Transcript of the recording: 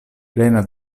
plena